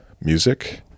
music